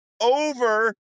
over